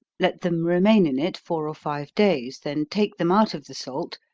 let them remain in it four or five days, then take them out of the salt,